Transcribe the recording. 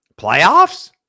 playoffs